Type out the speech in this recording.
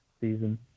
season